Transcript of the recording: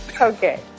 Okay